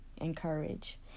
encourage